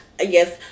Yes